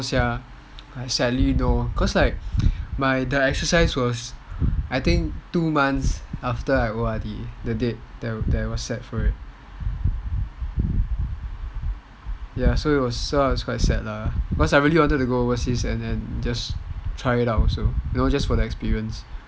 no sia sadly no because my the exercise was I think two months after I O_R_D ya so I was quite sad lah cause I really wanted to go overseas and just try it out also you know just for the experience